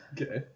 Okay